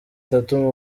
tatu